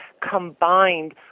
combined